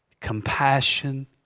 compassion